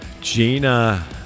Gina